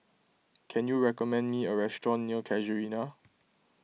can you recommend me a restaurant near Casuarina